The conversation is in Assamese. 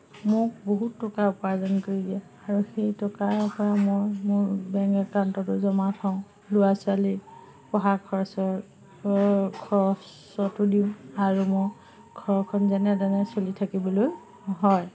মোক বহুত টকাৰ উপাৰ্জন কৰি দিয়ে আৰু সেই টকাৰপৰা মই মোৰ বেংক একাউণ্টতো জমা থওঁ ল'ৰা ছোৱালীক পঢ়া খৰচৰ খৰচটো দিওঁ আৰু মোৰ ঘৰখন যেনে তেনে চলি থাকিবলৈ হয়